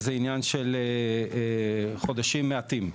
זה עניין של חודשים מעטים.